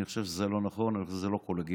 אני חושב שזה לא נכון ולא קולגיאלי.